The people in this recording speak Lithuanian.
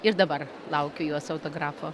ir dabar laukiu jos autografo